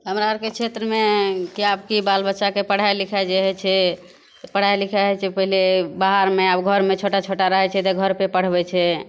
हमरा आरके क्षेत्रमे किएकि बाल बच्चाके पढ़ाइ लिखाइ जे होइ छै पढ़ाइ लिखाइ होइ छै पहिले बाहरमे आब घरमे छोटा छोटा रहै छै तऽ घर पे पढ़बै छै